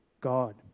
God